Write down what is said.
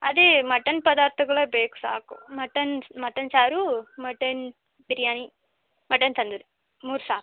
ಅದೇ ಮಟನ್ ಪದಾರ್ಥಗಳೇ ಬೇಕು ಸಾಕು ಮಟನ್ ಮಟನ್ ಸಾರು ಮಟನ್ ಬಿರಿಯಾನಿ ಮಟನ್ ತಂದೂರಿ ಮೂರು ಸಾಕು